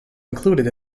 included